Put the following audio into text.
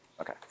okay